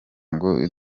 ngo